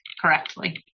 correctly